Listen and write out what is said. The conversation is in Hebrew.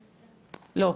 לא.